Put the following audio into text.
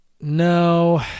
No